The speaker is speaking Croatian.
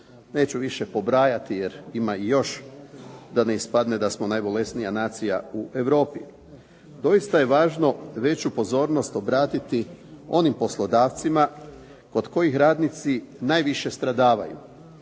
Neću više pobrajati jer ima i još da ne ispadne da smo najbolesnija nacija u Europi. Doista je važno veću pozornost obratiti onim poslodavcima kod kojih radnici najviše stradavaju.